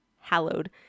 hallowed